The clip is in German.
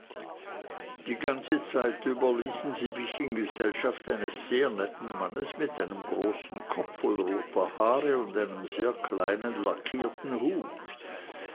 die ganze zeit über ließen sie mich in gesellschaft eines sehr netten mannes mit einem großen kopf voll roter haare und einem sehr kleinen lackierten hut